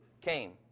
came